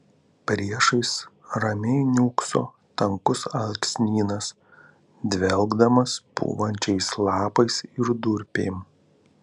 priešais ramiai niūkso tankus alksnynas dvelkdamas pūvančiais lapais ir durpėm